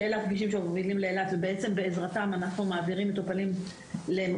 שאלה הכבישים שמובילים לאילת ובעזרתם אנחנו מעבירים מטופלים למקומות